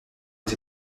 des